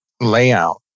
layout